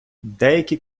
деякі